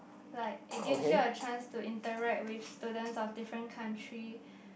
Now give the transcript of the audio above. like it gives you a chance to interact with students of different country